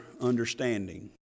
Understanding